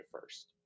first